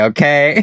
Okay